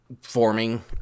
forming